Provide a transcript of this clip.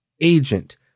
agent